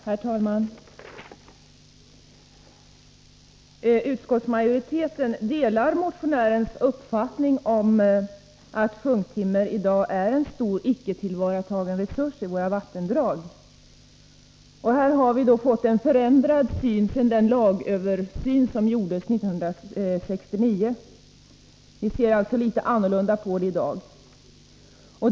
Herr talman! Utskottsmajoriteten delar motionärernas uppfattning, att sjunktimmer i dag är en stor, icke tillvaratagen resurs i våra vattendrag. Här har vårt synsätt förändrats sedan den lagöversyn som gjordes 1969. Vi ser alltså litet annorlunda på detta i dag.